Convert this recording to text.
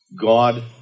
God